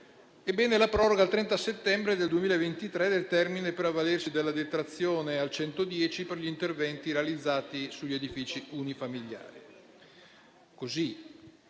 come lo è proroga al 30 settembre 2023 del termine per avvalersi della detrazione al 110 per cento per gli interventi realizzati sugli edifici unifamiliari.